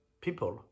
people